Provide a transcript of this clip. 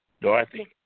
Dorothy